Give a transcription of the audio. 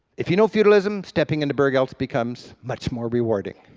if you know feudalism, stepping into burg eltz becomes much more rewarding.